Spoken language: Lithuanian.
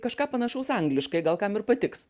kažką panašaus angliškai gal kam ir patiks